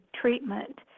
treatment